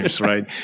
right